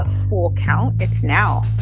full count, it's now